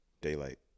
Daylight